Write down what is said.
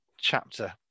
chapter